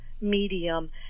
medium